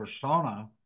persona